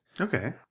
Okay